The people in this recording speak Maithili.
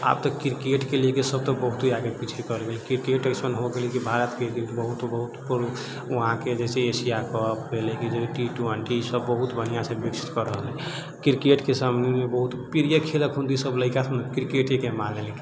आब तऽ क्रिकेटके लेके सब तऽ बहुते आगे पीछे करले क्रिकेट एसन हो गेल कि भारतके बहुत बहुत कुल वहाँके जैसे एशिया कप भेलै जैसे टी ट्वेंटी इसब बहुत बढ़िआँसँ कर रहलै क्रिकेटके सामनेमे प्रिय खेल अखुन ई लड़िका सब ना क्रिकेटेके मानलकै